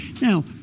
Now